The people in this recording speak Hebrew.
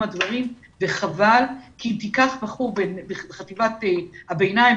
הדברים וחבל כי אם תיקח בחור בחטיבת הביניים,